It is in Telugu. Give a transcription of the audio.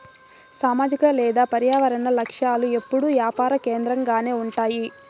సామాజిక లేదా పర్యావరన లక్ష్యాలు ఎప్పుడూ యాపార కేంద్రకంగానే ఉంటాయి